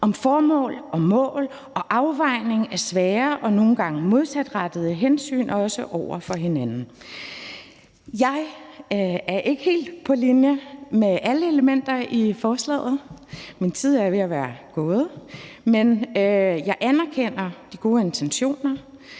om formål, mål og afvejning af svære og nogle gange modsatrettede hensyn, også over for hinanden. Jeg er ikke helt på linje med alle elementer i forslaget, og min taletid er ved at være gået. Men jeg anerkender de gode intentioner.